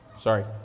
Sorry